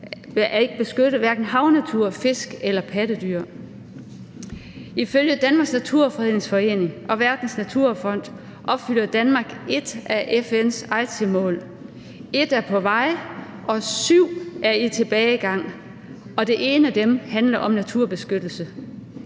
er beskyttet, hverken havnatur, fisk eller pattedyr. Ifølge Danmarks Naturfredningsforening og Verdensnaturfonden opfylder Danmark ét af FN's Aichimål, ét er på vej, syv er i tilbagegang, og det ene af dem handler om naturbeskyttelse.